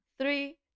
Three